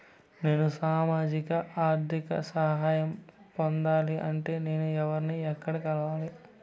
నేను సామాజిక ఆర్థిక సహాయం పొందాలి అంటే నేను ఎవర్ని ఎక్కడ కలవాలి?